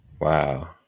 Wow